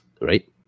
Right